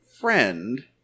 friend